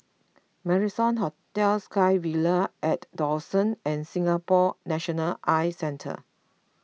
Marrison Hotel SkyVille at Dawson and Singapore National Eye Centre